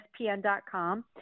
ESPN.com